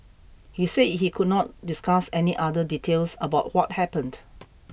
he said he could not discuss any other details about what happened